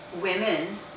women